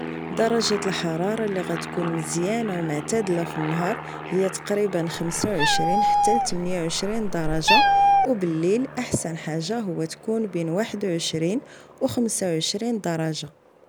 درجه الحراره اللي غتكون مزيانة ومعتدلة في النهار هي تقريبا 25 حتى 48 درجة وبالليل احسن حاجه هو تكون بين 21 و25 درجه